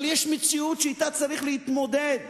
אבל יש מציאות שאתה צריך להתמודד אתה,